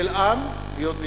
של עם, להיות ביחד.